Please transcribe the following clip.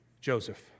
Joseph